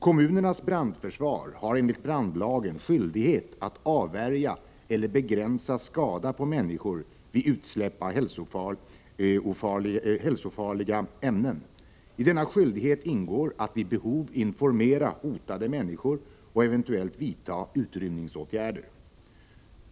Kommunernas brandförsvar har enligt brandlagen skyldighet att avvärja eller begränsa skada på människor vid utsläpp av hälsofarliga ämnen. I denna skyldighet ingår att vid behov informera hotade människor och eventuellt vidta utrymningsåtgärder.